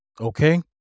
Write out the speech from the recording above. Okay